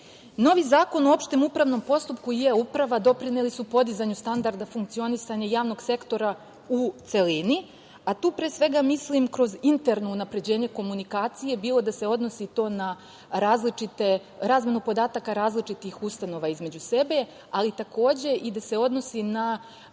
Zakon o opštem upravnom postupku i e-uprava doprineli su podizanju standarda funkcionisanja javnog sektora u celini, a tu pre svega mislim kroz interno unapređenje komunikacije, bilo da se odnosi to na razmenu podataka različitih ustanova između sebe, ali takođe i da se odnosi na